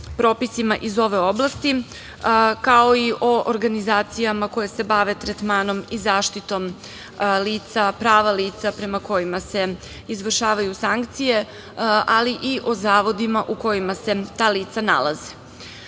propisima iz ove oblasti, a kao i organizacijama koje se bave tretmanom i zaštitom lica, prava lica prema kojima se izvršavaju sankcije, ali i o zavodima u kojima se ta lica